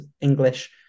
english